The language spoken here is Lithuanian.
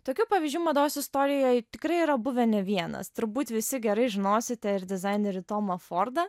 tokių pavyzdžių mados istorijoj tikrai yra buvę ne vienas turbūt visi gerai žinosite ir dizainerį tomą fordą